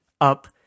up